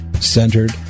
centered